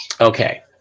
Okay